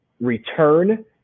return